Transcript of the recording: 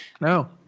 no